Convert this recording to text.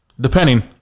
Depending